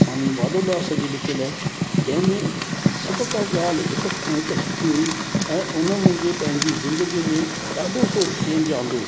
साईं माधव दास जी लिखियल ए जंहिंमें सभ खां ॻाल्हि हिक खां हिकु सुठी हुई और अञा मां पंहिंजी ज़िंदगीअ में ॾाढो चेंज आंदो